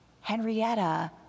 Henrietta